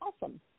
awesome